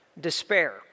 despair